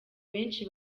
benshi